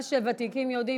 מה שוותיקים יודעים,